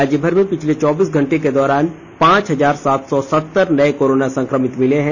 राज्यभर में पिछले चौबीस घंटे के दौरान पांच हजार सात सौ सत्तर नए कोरोना संक्रमित मिले हैं